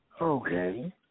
Okay